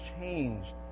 changed